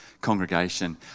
congregation